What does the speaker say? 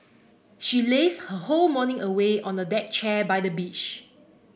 she lazed her whole morning away on a deck chair by the beach